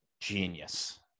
genius